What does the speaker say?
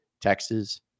Texas